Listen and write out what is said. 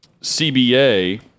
CBA